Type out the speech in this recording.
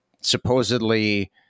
supposedly –